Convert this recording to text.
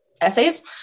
Essays